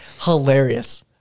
hilarious